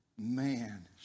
man